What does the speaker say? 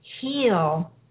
heal